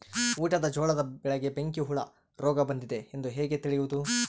ಊಟದ ಜೋಳದ ಬೆಳೆಗೆ ಬೆಂಕಿ ಹುಳ ರೋಗ ಬಂದಿದೆ ಎಂದು ಹೇಗೆ ತಿಳಿಯುವುದು?